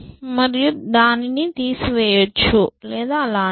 మరియు దానిని తీసివేయ్యొచ్చు లేదా అలాంటిదే